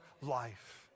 life